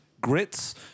grits